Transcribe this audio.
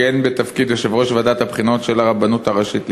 כיהן בתפקיד יושב-ראש ועדת הבחינות של הרבנות הראשית לישראל.